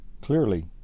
Clearly